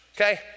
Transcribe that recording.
okay